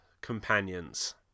companions